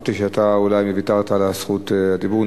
חשבתי שאולי ויתרת על זכות הדיבור.